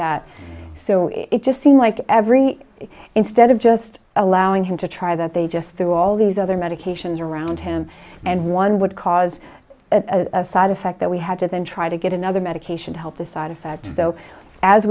that so it just seemed like every day instead of just allowing him to try that they just threw all these other medications around him and one would cause a side effect that we had to then try to get another medication to help the side effect so as